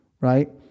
right